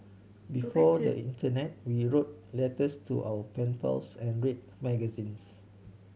before the internet we wrote letters to our pen pals and read magazines